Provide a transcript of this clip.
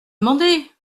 demander